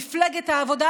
מפלגת העבודה,